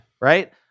Right